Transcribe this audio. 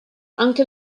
anche